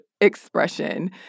expression